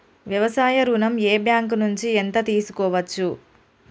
వ్యవసాయ ఋణం ఏ బ్యాంక్ నుంచి ఎంత తీసుకోవచ్చు?